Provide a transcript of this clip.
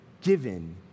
given